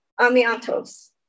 amiantos